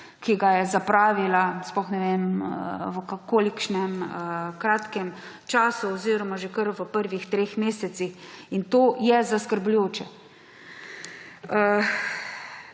ki ga je zapravila, sploh ne vem v kolikšnem kratkem času oziroma že kar v prvih treh mesecih. In to je zaskrbljujoče.